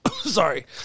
Sorry